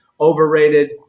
overrated